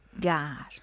God